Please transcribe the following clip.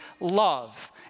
love